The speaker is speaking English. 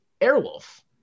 Airwolf